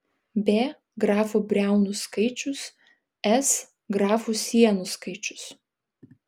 b grafų briaunų skaičius s grafų sienų skaičius